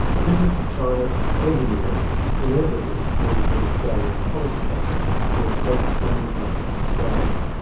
a visit to china, or the us, inevitably causes an australian policy-maker to reflect on the importance of scale.